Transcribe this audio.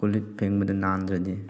ꯀꯣꯜꯂꯤꯛ ꯐꯦꯡꯕꯗ ꯅꯥꯟꯗ꯭ꯔꯗꯤ